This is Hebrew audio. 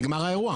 נגמר האירוע.